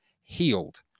healed